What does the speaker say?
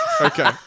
Okay